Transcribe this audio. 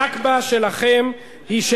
הנכבה שלכם היא,